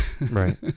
Right